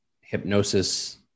hypnosis